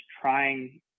trying